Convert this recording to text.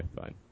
fine